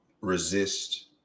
Resist